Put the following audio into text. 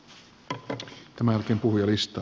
tämän jälkeen puhujalistaan